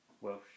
Welsh